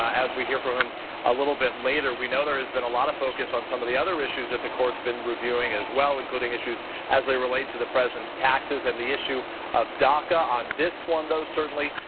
as hear from him a little bit later. we know there has been a lot of focus on some of the other issues that the court's been reviewing as well, including issues as they relate to the president's taxes and the issue of daca. on this one, though, certainly,